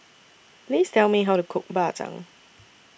Please Tell Me How to Cook Bak Chang